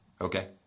Okay